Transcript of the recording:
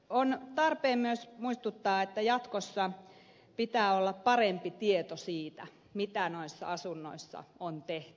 on tarpeen myös muistuttaa että jatkossa pitää olla parempi tieto siitä mitä noissa asunnoissa on tehty